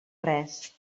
res